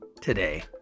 today